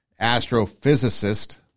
astrophysicist